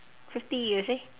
fifty years eh